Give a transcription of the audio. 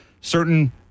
Certain